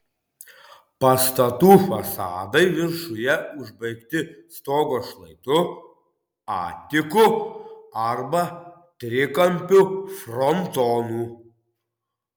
pastatų fasadai viršuje užbaigti stogo šlaitu atiku arba trikampiu frontonu